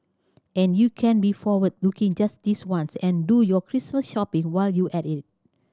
and you can be forward looking just this once and do your Christmas shopping while you're at it